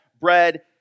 bread